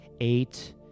eight